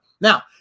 Now